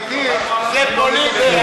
גברתי, זה פוליטי.